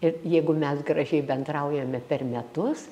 ir jeigu mes gražiai bendraujame per metus